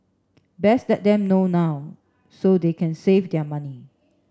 best let them know now so they can save their money